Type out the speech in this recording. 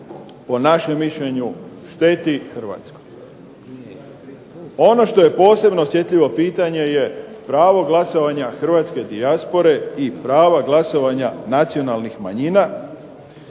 po našem mišljenju, šteti Hrvatskoj. Ono što je posebno osjetljivo pitanje je pravo glasovanja hrvatske dijaspore i prava glasovanja nacionalnih manjina.